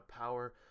power